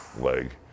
leg